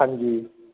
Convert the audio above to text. ਹਾਂਜੀ